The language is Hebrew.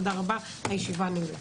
תודה רבה, הישיבה נעולה.